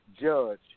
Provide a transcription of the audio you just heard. judge